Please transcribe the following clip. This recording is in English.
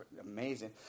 amazing